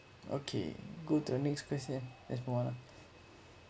okay go to the next question there's more lah